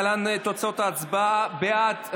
להלן תוצאות ההצבעה: בעד,